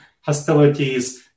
hostilities